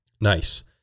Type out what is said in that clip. Nice